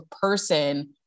person